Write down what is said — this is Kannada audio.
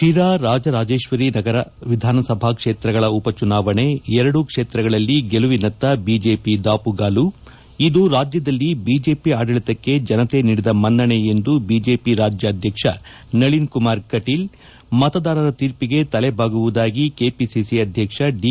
ಶಿರಾ ರಾಜರಾಜೇಶ್ವರಿನಗರ ವಿಧಾನಸಭಾ ಕ್ಷೇತ್ರಗಳ ಉಪಚುನಾವಣೆ ಎರಡೂ ಕ್ವೇತ್ರಗಳಲ್ಲಿ ಗೆಲುವಿನತ್ತ ಬಿಜೆಪಿ ದಾಪುಗಾಲು ಇದು ರಾಜ್ಯದಲ್ಲಿ ಬಿಜೆಪಿ ಆಡಳಿತಕ್ಕೆ ಜನತೆ ನೀಡಿದ ಮನ್ನಷೆ ಎಂದು ಬಿಜೆಪಿ ರಾಜ್ಯಾಧ್ಯಕ್ಷ ನಳಿನ್ ಕುಮಾರ್ ಕಟೀಲ್ ಮತದಾರರ ತೀರ್ಪಿಗೆ ತಲೆಬಾಗುವುದಾಗಿ ಕೆಪಿಸಿಸಿ ಅಧ್ಯಕ್ಷ ದಿ